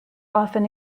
often